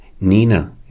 Nina